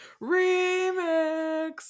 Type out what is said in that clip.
remix